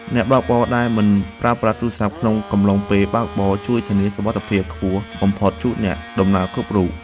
អ្នកបើកបរដែលមិនប្រើប្រាស់ទូរស័ព្ទក្នុងកំឡុងពេលបើកបរជួយធានាសុវត្ថិភាពខ្ពស់បំផុតជូនអ្នកដំណើរគ្រប់រូប។